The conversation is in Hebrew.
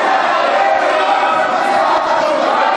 ארבע, שלוש, שתיים, אחת.